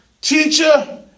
teacher